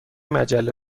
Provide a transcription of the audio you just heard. مجله